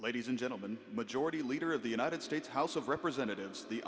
ladies and gentleman majority leader of the united states house of representatives the